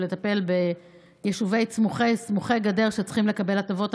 לטפל ביישובים סמוכי גדר שצריכים לקבל הטבות.